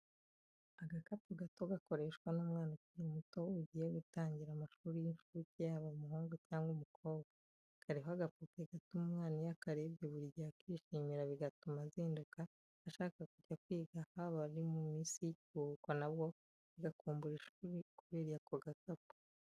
Agakapu gato gakoreshwa n'umwana ukiri muto ugiye gutangira amashuri y'incuke yaba umuhungu cyangwa umukobwa, kariho agapupe gatuma umwana iyo akarebye buri gihe akishimira bigatuma azinduka ashaka kujya kwiga haba ari mu minsi y'ikiruhuko nabwo agakumbura ishuri kubera ako gakapu.